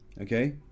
Okay